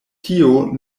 tio